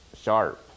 sharp